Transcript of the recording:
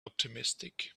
optimistic